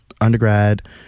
undergrad